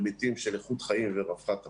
היבטים של איכות חיים ורווחת הפרט,